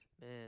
man